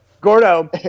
Gordo